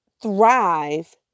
thrive